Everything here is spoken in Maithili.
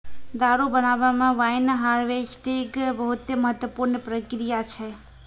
दारु बनाबै मे वाइन हार्वेस्टिंग बहुते महत्वपूर्ण प्रक्रिया छै